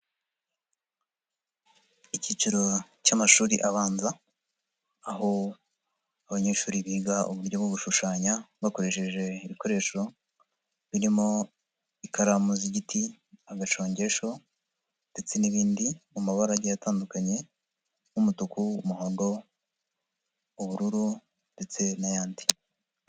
Icyiciro cy'amashuri abanza, aho abanyeshuri biga uburyo bwo gushushanya bakoresheje ibikoresho birimo ikaramu z'igiti, agacongesho ndetse n'ibindi mu mabarage atandukanye nk'umutuku, umuhondo, ubururu, ndetse n'ayandi.